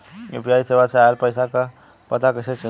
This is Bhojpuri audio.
यू.पी.आई सेवा से ऑयल पैसा क पता कइसे चली?